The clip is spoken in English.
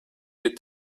you